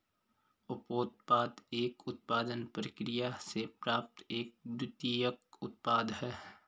उपोत्पाद एक उत्पादन प्रक्रिया से प्राप्त एक द्वितीयक उत्पाद है